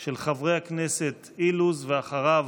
של חבר הכנסת אילוז, ואחריו,